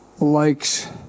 likes